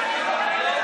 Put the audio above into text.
תכבדי את,